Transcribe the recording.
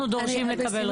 אנחנו דורשים לקבל אותה.